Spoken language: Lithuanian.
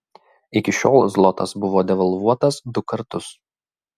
iki šiol zlotas buvo devalvuotas du kartus